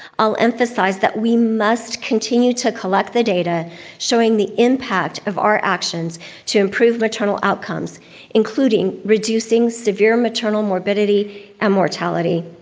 i'll emphasize that we must continue to collect the data showing the impact of our actions to improve maternal outcomes including reducing severe maternal morbidity and mortality.